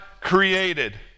created